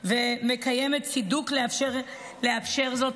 ומקיימת צידוק לאפשר זאת.